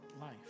life